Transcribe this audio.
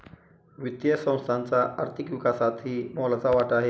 वित्तीय संस्थांचा आर्थिक विकासातही मोलाचा वाटा आहे